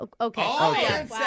Okay